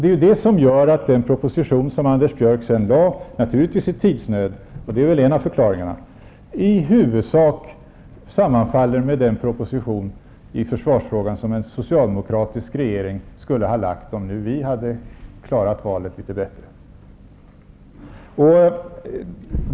Det är det som gör att den proposition som Anders Björck sedan lade fram, naturligtvis i tidsnöd -- det är väl en av förklaringarna --, i huvudsak sammanfaller med den proposition i försvarsfrågan som en socialdemokratisk regering skulle ha lagt fram om vi hade klarat valet litet bättre.